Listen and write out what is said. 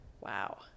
Wow